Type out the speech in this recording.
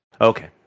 Okay